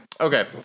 okay